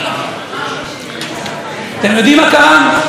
אתם יודעים מה קרה?